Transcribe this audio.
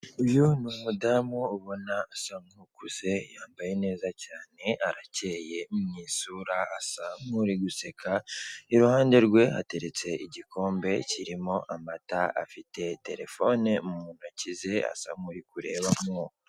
Uyu ni umudamu ubona asa nk'ukuze yambaye neza cyane arakeye mu isura asa nk'uri guseka iruhande rwe hateretse igikombe kirimo amata, afite terefone mu ntoki ze asa nk'uri kurebamo.